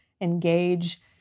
engage